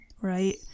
right